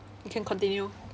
you can continue